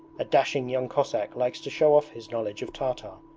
a dashing young cossack likes to show off his knowledge of tartar,